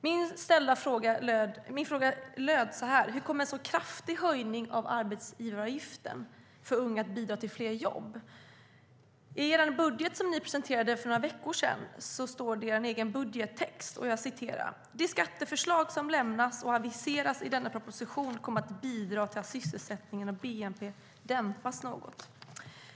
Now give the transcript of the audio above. Min fråga löd: Hur kommer en så kraftig höjning av arbetsgivaravgiften för unga att bidra till fler jobb?I den budget som regeringen presenterade för några veckor sedan står det i er egen budgettext: "De skatteförslag som lämnas och aviseras i denna proposition kommer att bidra till att sysselsättningen och BNP dämpas något."